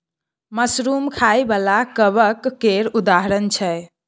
mushroom खाइ बला कबक केर उदाहरण छै